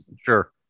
Sure